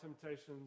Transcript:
temptations